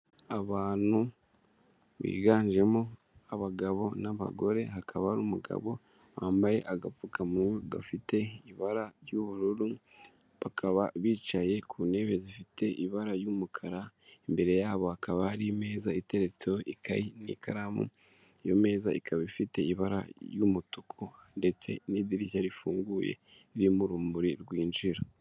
Abantu biganjemo abagabo n'abagore hakaba n'umugabo wambaye agapfukamunwa gafite ibara ry'ubururu, bakaba bicaye ku ntebe zifite ibara ry'umukara, imbere yabo hakaba hari imeza iteretseho ikayi n'ikaramu, iyo meza ikaba ifite ibara ry'umutuku ndetse n'idirishya rifunguye ririmo urumuri rwinjira.